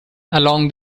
along